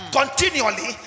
continually